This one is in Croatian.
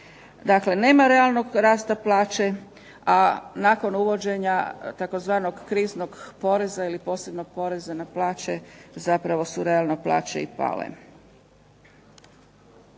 Dakle, nema realnog rasta plaće a nakon uvođenja tzv. Kriznog poreza ili posebnog poreza na plaće, zapravo su realno plaće i pale.